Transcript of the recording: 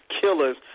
killers